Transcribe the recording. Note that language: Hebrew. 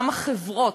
גם החברות,